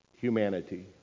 humanity